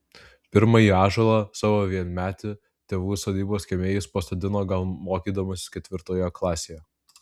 pirmąjį ąžuolą savo vienmetį tėvų sodybos kieme jis pasodino gal mokydamasis ketvirtoje klasėje